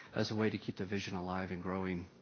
as a way to keep the vision alive and growing.